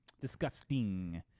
Disgusting